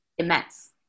immense